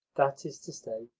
that is to say,